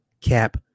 Cap